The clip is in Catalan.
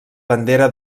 bandera